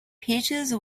peaches